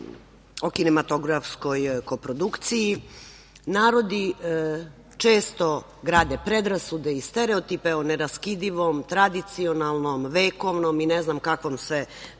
o kinematografskoj koprodukciji. Narodi često grade predrasude i stereotipe o neraskidivom tradicionalnom, vekovnom i ne znam kakvom sve